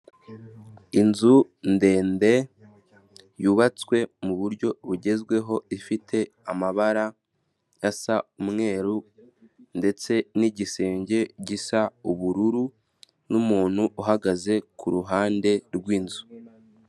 Inzu ndende yubatswe muburyo bugezweho, ifite amabara yasa umweru ndetse n'igisenge gisa ubururu n'umuntu uhagaze ku ruhande rw'inzu.